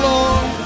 Lord